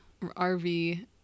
RV